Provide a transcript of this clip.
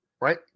right